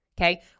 Okay